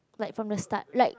like from the start like